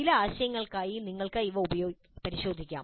ചില ആശയങ്ങൾക്കായി നിങ്ങൾക്ക് ഇവ പരിശോധിക്കാം